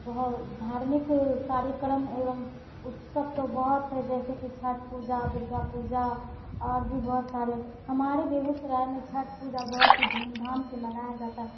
बहुत धार्मिक कार्यक्रम एवं उत्सव तो बहुत हैं जैसे छठ पूजा दुर्गा पूजा और भी बहुत सारे हमारे बेगूसराय में छठ पूजा बहुत ही धूमधाम से मनाई जाती है